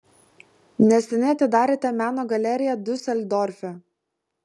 neseniai atidarėte meno galeriją diuseldorfe